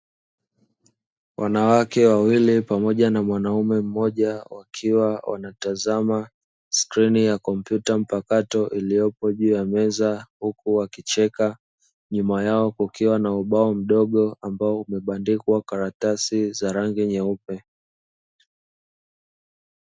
Wanawake wawili pamoja na mwanaume mmoja ,wakiwa wanataza skreeni ya komputa mpakato ,iliyopo juu ya meza , huku wakicheka ,nyuma yao kukiwa na ubao mdogo ambao umebandikwa karatasi za rangi nyeupe .